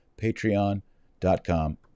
Patreon.com